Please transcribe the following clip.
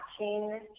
watching